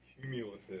cumulative